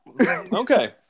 Okay